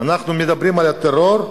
אנחנו מדברים על הטרור,